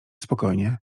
spokojnie